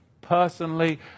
personally